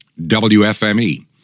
WFME